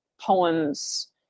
poems